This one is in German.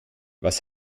was